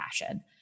passion